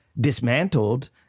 dismantled